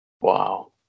Wow